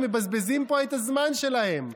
הם מבזבזים פה את הזמן שלהם.